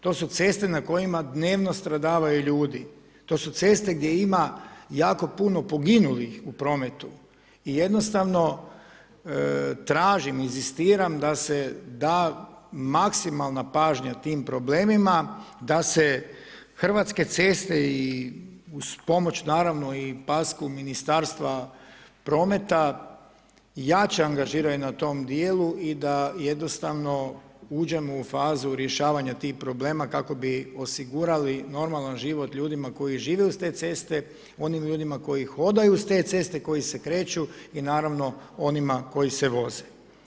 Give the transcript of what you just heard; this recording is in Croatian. To su ceste na kojima dnevno stradavaju ljudi, to su ceste gdje ima jako puno poginulih u prometu, i jednostavno tražim, inzistiram da se da maksimalna pažnja tim problemima, da se Hrvatske ceste i uz pomoć naravno i pasku Ministarstva prometa, jače angažiraju na tom dijelu i da jednostavno uđemo u fazu rješavanja tih problema kako bi osigurali normalan život ljudima koji žive uz te ceste, onim ljudima koji hodaju uz te ceste, koji se kreću i naravno onima koji se voze.